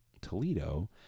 Toledo